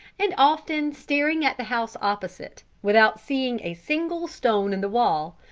and often staring at the house opposite without seeing a single stone in the wall,